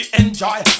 enjoy